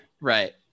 Right